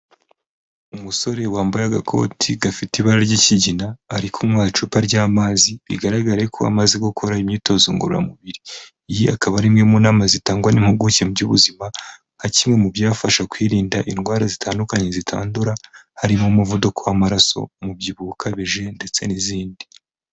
Umusore wambaye agakoti gafite ibara ry'ikigina, ari kunywa icupa ry'amazi, bigaragare ko amaze gukora imyitozo ngororamubiri. Iyi akaba ari imwe mu nama zitangwa n'impuguke mu by'ubuzima, nka kimwe mu byafasha kwirinda indwara zitandukanye zitandura, harimo umuvuduko w'amaraso, umubyibuho ukabije ndetse n'izindi.